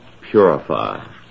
purify